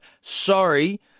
sorry